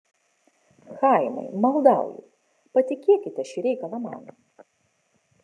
chaimai maldauju patikėkite šį reikalą man